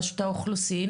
רשות האוכלוסין,